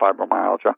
fibromyalgia